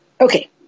Okay